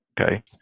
okay